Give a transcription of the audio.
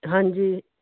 ਹਾਂਜੀ